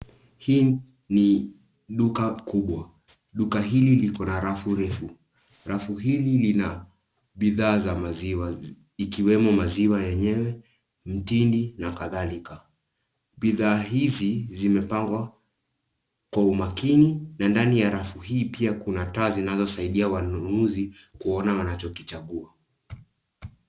Hii ni duka kubwa. Duka hili liko na rafu refu, rafu hili lina bidhaa za maziwa, ikiwemo maziwa yenyewe, mtindi na kathalika. Bidhaa hizi zimepangwa kwa umakini na ndani ya rafu hii pia kuna taa zinazosaidia wanunuzi kuona wanachokichagua.